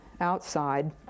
outside